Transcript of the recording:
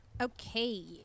Okay